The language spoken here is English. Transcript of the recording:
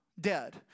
dead